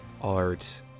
art